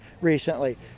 recently